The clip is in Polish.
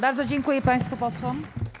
Bardzo dziękuję państwu posłom.